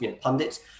pundits